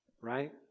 Right